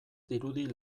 dirudi